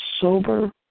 sober